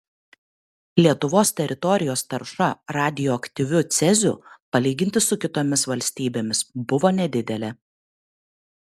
lietuvos teritorijos tarša radioaktyviu ceziu palyginti su kitomis valstybėmis buvo nedidelė